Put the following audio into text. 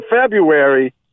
February